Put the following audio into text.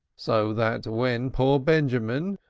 so that when poor benjamin,